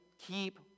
keep